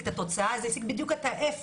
את התוצאה אלא שזה השיג בדיוק את ההיפך.